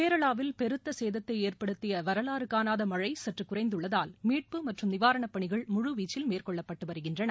கேரளாவில் பெருத்த சேதத்தை ஏற்படுத்திய வரலாறு காணாத மழை சற்று குறைந்துள்ளதால் மீட்பு மற்றும் நிவாரணப் பணிகள் முழு வீச்சில் மேற்கொள்ளப்பட்டு வருகின்றன